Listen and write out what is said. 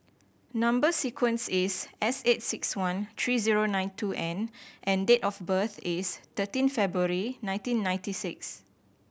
number sequence is S eight six one three zero nine two N and date of birth is thirteen February nineteen ninety six